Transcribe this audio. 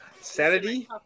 Sanity